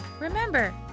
Remember